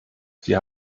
sie